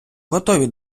готові